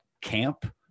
camp